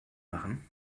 machen